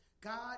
God